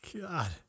God